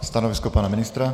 Stanovisko pana ministra?